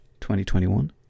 2021